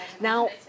Now